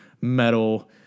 metal